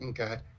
Okay